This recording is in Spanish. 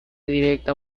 directa